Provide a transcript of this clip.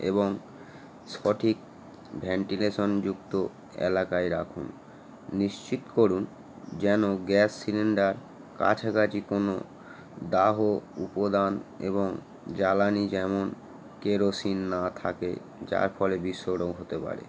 এবং সঠিক ভেন্টিলেশন যুক্ত এলাকায় রাখুন নিশ্চিত করুন যেন গ্যাস সিলিন্ডারের কাছাকাছি কোনো দাহ্য উপদান এবং জ্বালানি যেমন কেরোসিন না থাকে যার ফলে বিস্ফোরণ হতে পারে